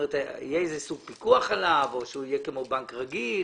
יהיה איזה סוג פיקוח עליו או שהוא יהיה כמו בנק רגיל?